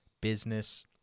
business